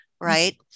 right